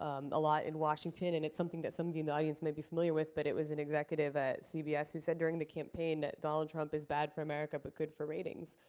a lot in washington and it's something that some of you in the audience may be familiar with, but it was an executive at cbs who said during the campaign that donald trump is bad for america, but good for ratings.